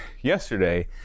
yesterday